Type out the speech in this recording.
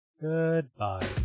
Goodbye